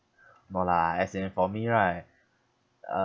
no lah as in for me right uh